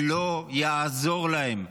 שלא יעזור להם.